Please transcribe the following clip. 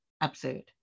absurd